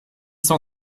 cent